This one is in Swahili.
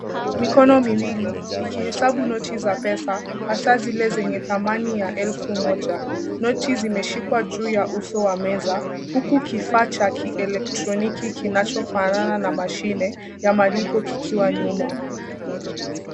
Mikono miwili ikihesabu noti za pesa hasa zile za thamani ya elfu moja. Noti zimeshikwa juu ya uso wa meza huku kifaa cha kielektroniki kinachofanana na mashine ya malipo kikiwa nyuma.